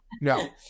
no